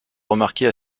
remarquer